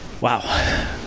wow